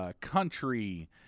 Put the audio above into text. Country